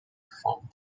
fund